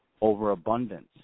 overabundance